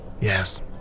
Yes